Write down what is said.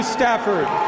Stafford